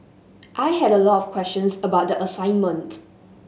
I had a lot of questions about the assignment